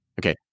Okay